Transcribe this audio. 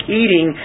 eating